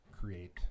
create